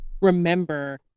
remember